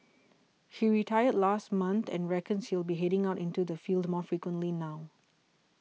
he retired last month and reckons he will be heading out into the field more frequently now